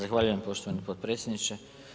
Zahvaljujem poštovani potpredsjedniče.